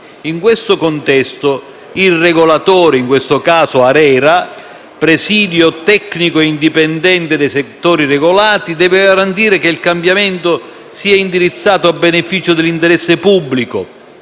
In questo contesto il regolatore (in questo caso ARERA), presidio tecnico e indipendente dei settori regolati, deve garantire che il cambiamento sia indirizzato a beneficio dell'interesse pubblico,